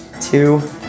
Two